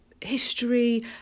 history